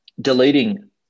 deleting